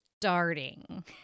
starting